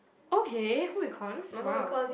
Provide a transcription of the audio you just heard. okay home econs !wow!